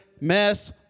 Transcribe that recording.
Mess